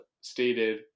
stated